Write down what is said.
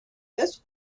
this